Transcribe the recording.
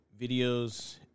videos